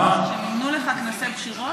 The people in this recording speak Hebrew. שמימנו לך כנסי בחירות?